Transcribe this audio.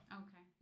okay